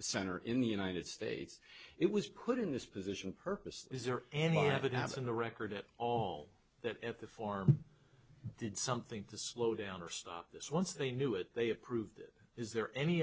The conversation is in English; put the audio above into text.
center in the united states it was put in this position purpose is there any evidence in the record at all that at the farm did something to slow down or stop this once they knew it they approved it is there any